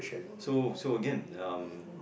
so so again um